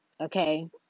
okay